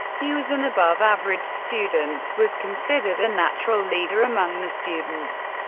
he was an above-average student, was considered a natural leader among the students,